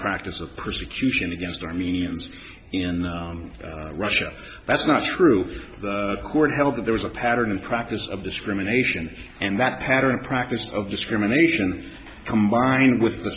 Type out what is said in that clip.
practice of persecution against armenians in russia that's not true for the court held that there was a pattern and practice of discrimination and that pattern practice of discrimination combined with the